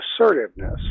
assertiveness